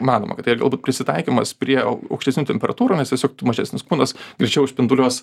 manoma kad tai yra galbūt prisitaikymas prie aukštesnių temperatūrų nes tiesiog mažesnis kūnas greičiau spinduliuos